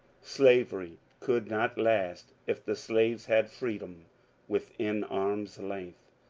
slavery could not last if the slaves had freedom within arm's length.